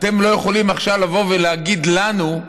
אתם לא יכולים עכשיו לבוא ולהגיד לנו: